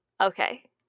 Okay